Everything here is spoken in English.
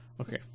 Okay